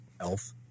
elf